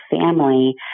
family